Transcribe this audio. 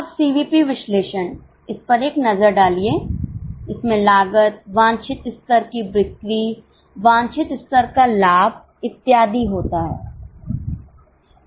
अब सीवीपी विश्लेषण इस पर एक नजर डालिए इसमें लागत वांछित स्तर की बिक्री वांछित स्तर का लाभइत्यादि होता है